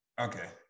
okay